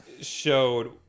showed